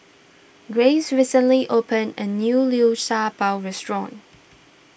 Graves recently opened a new Liu Sha Bao restaurant